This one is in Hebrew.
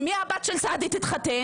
עם מי הבת של סעדי תתחתן?